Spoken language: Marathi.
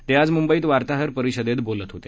ते आज मुंबईत वार्ताहर परिषदेत बोलत होते